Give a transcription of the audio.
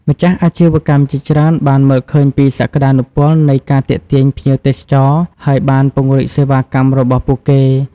ម្ចាស់អាជីវកម្មជាច្រើនបានមើលឃើញពីសក្ដានុពលនៃការទាក់ទាញភ្ញៀវទេសចរ ហើយបានពង្រីកសេវាកម្មរបស់ពួកគេ។